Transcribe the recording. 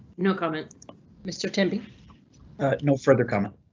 no comment mr tempe no further comment.